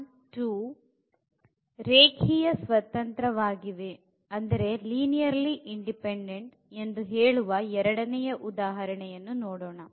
ಮತ್ತು ರೇಖೀಯವಾಗಿ ಸ್ವತಂತ್ರವಾಗಿವೆ ಎಂದು ಹೇಳುವ ಎರಡನೇ ಉದಾಹರಣೆಯನ್ನು ನೋಡೋಣ